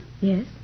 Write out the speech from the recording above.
Yes